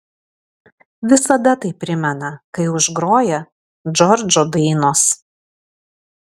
visada tai primena kai užgroja džordžo dainos